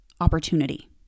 opportunity